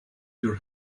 your